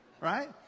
right